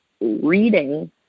reading